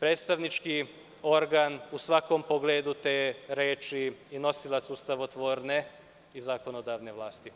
predstavnički organ u svakom pogledu te reči i nosilac ustavotvorne i zakonodavne vlasti.